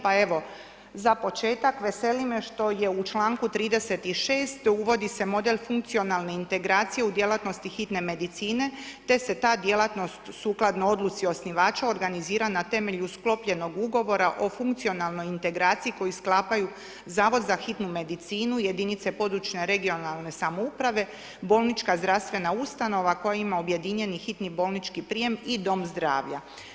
Pa evo, za početak veseli me što je u čl. 36. uvodi se model funkcionalne integracije u djelatnosti hitne medicine, te se ta djelatnost sukladno odluci osnivača organizira na temelju sklopljenog ugovora o funkcionalnoj integraciji koju sklapaju Zavod za hitnu medicinu, jedinice područne regionalne samouprave, bolnička zdravstvena ustanova koja ima objedinjeni hitni bolnički prijem i Dom zdravlja.